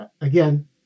Again